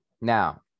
Now